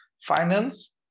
Finance